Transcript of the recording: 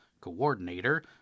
Coordinator